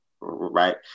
right